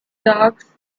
dogs